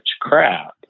crap